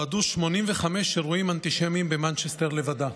תועדו 85 אירועים אנטישמיים במנצ'סטר לבדה.